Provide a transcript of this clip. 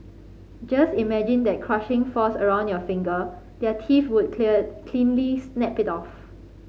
just imagine that crushing force around your finger their teeth would clear cleanly snap it off